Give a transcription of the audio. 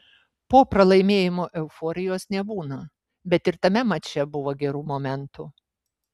po pralaimėjimo euforijos nebūna bet ir tame mače buvo gerų momentų